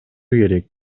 керек